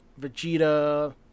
Vegeta